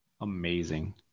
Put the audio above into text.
amazing